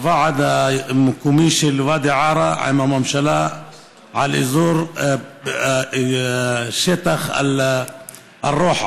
הוועד המקומי של ואדי עארה עם הממשלה על אזור שטח אל-רוחה.